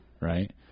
right